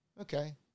Okay